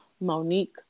Monique